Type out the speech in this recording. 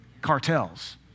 cartels